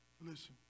Listen